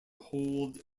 hold